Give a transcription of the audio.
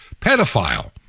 pedophile